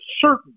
certain